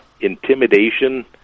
intimidation